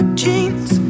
jeans